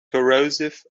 corrosive